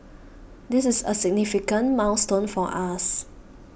this is a significant milestone for us